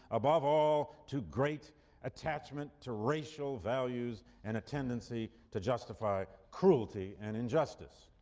above all too great attachment to racial values and a tendency to justify cruelty and injustice.